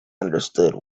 understood